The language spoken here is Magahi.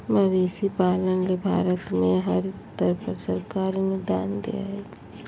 मवेशी पालन ले भारत में हर स्तर पर सरकार अनुदान दे हई